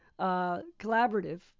collaborative